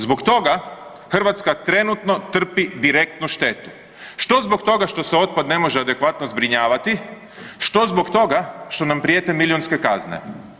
Zbog toga Hrvatska trenutno trpi direktnu štetu, što zbog toga što se otpad ne može adekvatno zbrinjavati, što zbog toga što nam prijete milijunske kazne.